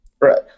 Right